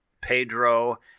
Pedro